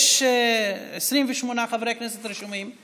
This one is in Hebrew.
יש 28 חברי כנסת רשומים.